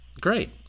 Great